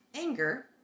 Anger